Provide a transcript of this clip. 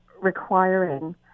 requiring